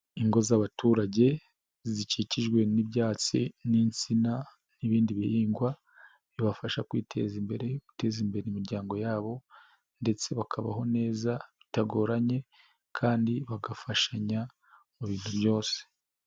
Ingo z'abaturage zikikijwe n'ibyatsi n'insina n'ibindi bihingwa, bibafasha kwiteza imbere, guteza imbere imiryango yabo ndetse bakabaho neza bitagoranye, kandi bagafashanya mu bintu byose.